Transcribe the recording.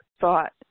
thought